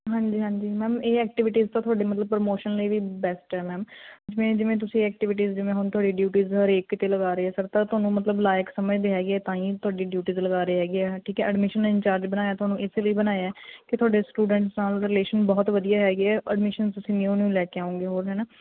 ਹਾਂਜੀ ਹਾਂਜੀ ਮੈਮ ਇਹ ਐਕਟੀਵਿਟੀਜ਼ ਤਾਂ ਤੁਹਾਡੇ ਮਤਲਬ ਪ੍ਰਮੋਸ਼ਨ ਲਈ ਵੀ ਬੈਸਟ ਹੈ ਮੈਮ ਜਿਵੇਂ ਤੁਸੀਂ ਐਕਟੀਵਿਟੀਜ਼ ਜਿਵੇਂ ਹੁਣ ਤੁਹਾਡੀ ਡਿਊਟੀ ਹਰੇਕ ਕੀਤੇ ਲਗਾ ਰਹੇ ਸਰ ਤਾਂ ਤੁਹਾਨੂੰ ਮਤਲਬ ਲਾਇਕ ਸਮਝਦੇ ਹੈਗੇ ਤਾਂ ਹੀ ਤੁਹਾਡੀ ਡਿਊਟੀ 'ਤੇ ਲਗਾ ਰਹੇ ਹੈਗੇ ਆ ਠੀਕ ਹੈ ਐਡਮਿਸ਼ਨ ਇਨਚਾਰਜ ਬਣਾਇਆ ਤੁਹਾਨੂੰ ਇਸ ਲਈ ਬਣਾਇਆ ਕਿ ਤੁਹਾਡੇ ਸਟੂਡੈਂਟਸ ਨਾਲ ਰਿਲੇਸ਼ਨ ਬਹੁਤ ਵਧੀਆ ਹੈਗੇ ਐਡਮਿਸ਼ਨ ਤੁਸੀਂ ਨਿਊ ਨਿਊ ਲੈ ਕੇ ਆਓਗੇ ਹੋਰ ਹੈ ਨਾ